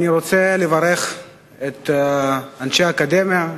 אני רוצה לברך את אנשי האקדמיה,